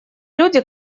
люди